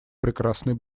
прекрасный